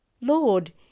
Lord